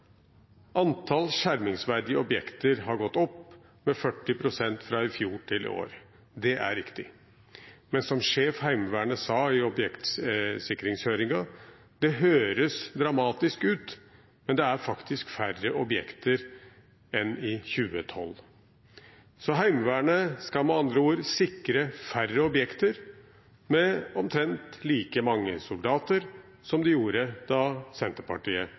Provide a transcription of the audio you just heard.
skjermingsverdige objekter har gått opp med 40 pst. fra i fjor til i år. Det er riktig. Men som Sjef Heimevernet sa i objektsikringshøringen: Det høres dramatisk ut, men det er faktisk færre objekter enn i 2012. Så Heimevernet skal med andre ord sikre færre objekter med omtrent like mange soldater som de gjorde da Senterpartiet